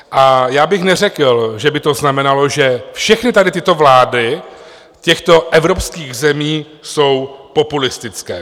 A já bych neřekl, že by to znamenalo, že všechny tady tyto vlády těchto evropských zemí jsou populistické.